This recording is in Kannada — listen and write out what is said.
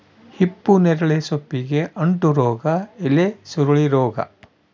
ಹಿಪ್ಪುನೇರಳೆ ಸೊಪ್ಪಿಗೆ ಅಂಟೋ ರೋಗ ಎಲೆಸುರುಳಿ ರೋಗ